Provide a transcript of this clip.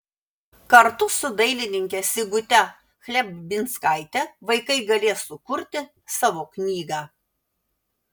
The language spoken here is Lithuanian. kartu su dailininke sigute chlebinskaite vaikai galės sukurti savo knygą